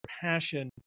passion